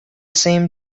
same